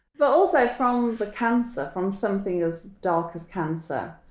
but also from the cancer, from something as dark as cancer,